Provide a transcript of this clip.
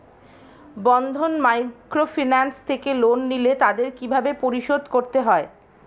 বন্ধন microfinance থেকে loan নিলে তাদের কিভাবে পরিশোধ করতে হয়?